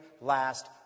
last